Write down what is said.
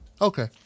Okay